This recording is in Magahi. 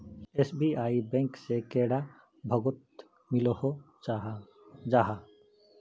एस.बी.आई बैंक से कैडा भागोत मिलोहो जाहा?